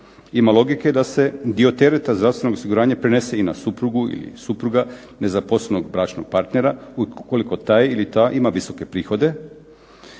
Ima logike da se dio tereta zdravstvenog osiguranja prenese i na suprugu ili supruga nezaposlenog bračnog partnera ukoliko taj ili ta ima visoke prihode,